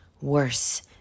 worse